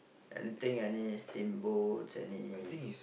anything any steamboats any